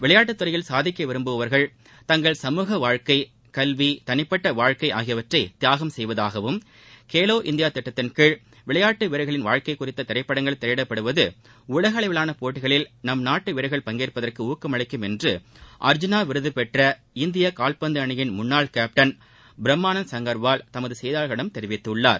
விளையாட்டுத்துறையில் சாதிக்க விரும்பும் வீரர்கள் தங்கள் சமூக வாழ்க்கை கல்வி தனிப்பட்ட வாழ்க்கை ஆகியவற்றை தியாகம் செய்வதாகவும் கேலோ இந்தியா திட்டத்தின் கீழ் விளையாட்டு வீரர்களின் வாழ்க்கை குறித்த திரைப்படங்கள் திரையிடப்படுவது உலகளவிலான போட்டிகளில் நம் நாட்டு வீரர்கள் பங்கேற்பதற்கு ஊக்கமளிக்கும் என்று அர்ஜூனா விருது பெற்ற இந்திய கால்பந்து அணியின் எமது செய்தியாளரிடம் தெரிவித்துள்ளார்